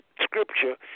scripture